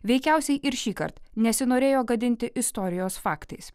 veikiausiai ir šįkart nesinorėjo gadinti istorijos faktais